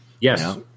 Yes